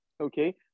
okay